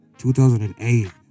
2008